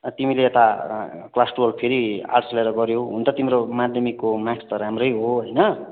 तिमीले त class twelve फेरि आर्ट्स लिएर गर्यौ हुन त तिम्रो माध्यमिकको मार्क्स त राम्रै हो होइन